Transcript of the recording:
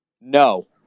No